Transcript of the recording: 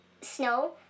Snow